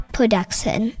Production